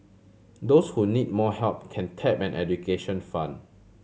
those who need more help can tap an education fund